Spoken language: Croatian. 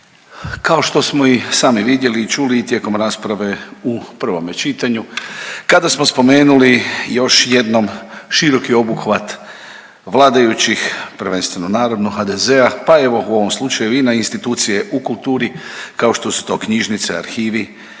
kao što smo i sami vidjeli i čuli i tijekom rasprave u prvome čitanju kada smo spomenuli još jednom široki obuhvat vladajućih prvenstveno naravno HDZ-a pa evo u ovom slučaju i na institucije u kulturi kao što su to knjižnice, arhivi